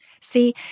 See